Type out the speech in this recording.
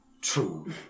True